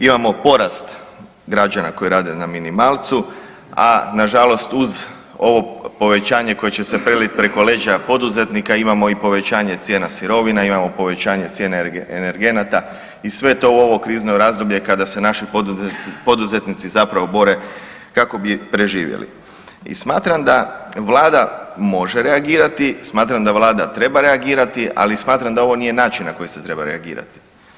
Imamo porast građana koji rade na minimalcu, a nažalost uz ovo povećanje koje će se preliti preko leđa poduzetnika, imamo i povećanje cijena sirovina, imamo povećanje cijena energenata i sve to u ovo krizno razdoblje kada se naši poduzetnici zapravo bore kako bi preživjeli i smatram da Vlada može reagirati, smatram da Vlada treba reagirati, ali smatram da ovo nije način na koji se treba reagirati.